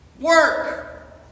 Work